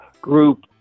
group